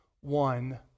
One